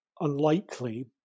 unlikely